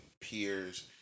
peers